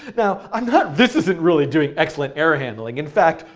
but now, and this isn't really doing excellent error handling. in fact,